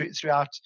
throughout